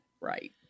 Right